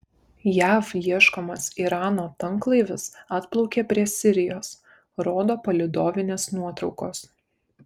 jav ieškomas irano tanklaivis atplaukė prie sirijos rodo palydovinės nuotraukos